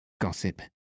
gossip